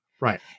Right